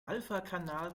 alphakanal